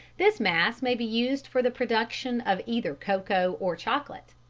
this mass may be used for the production of either cocoa or chocolate.